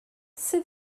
sydd